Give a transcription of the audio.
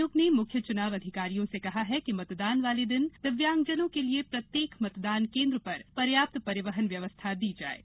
आयोग ने मुख्य चुनाव अधिकारियों से कहा है कि मतदान वाले दिन दिव्यांगग जनों के लिए प्रत्येक मतदान केन्द्र पर पर्याप्त परिवहन व्यवस्था दी जाये